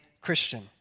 Christian